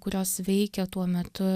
kurios veikia tuo metu